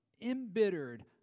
embittered